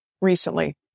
recently